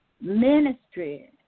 ministry